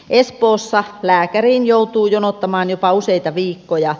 espoossa lääkäriin joutuu jonottamaan jopa useita viikkoja